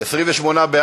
חוק תובענות ייצוגיות (תיקון מס' 10) (הסדרי פשרה והסתלקות),